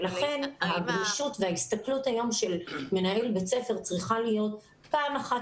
לכן הגמישות וההסתכלות היום של מנהל בית ספר צריכה להיות פעם אחת